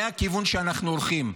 זה הכיוון שאנחנו הולכים אליו.